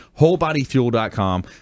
Wholebodyfuel.com